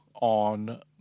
on